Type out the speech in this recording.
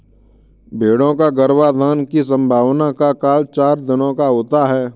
भेंड़ों का गर्भाधान की संभावना का काल चार दिनों का होता है